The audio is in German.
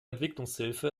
entwicklungshilfe